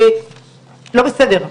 לא בסדר,